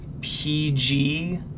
PG